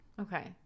Okay